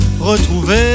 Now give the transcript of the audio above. Retrouver